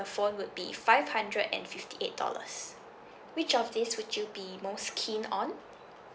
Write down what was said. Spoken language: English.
the phone would be five hundred and fifty eight dollars which of these would you be most keen on